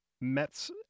Mets